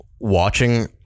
Watching